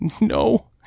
No